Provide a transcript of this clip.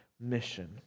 mission